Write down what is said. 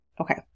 Okay